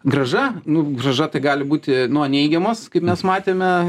grąža nu grąža tai gali būti nuo neigiamos kaip mes matėme